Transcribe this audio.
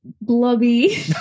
blobby